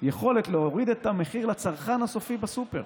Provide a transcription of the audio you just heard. יכולת להוריד את המחיר לצרכן הסופי בסופר.